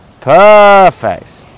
Perfect